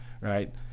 right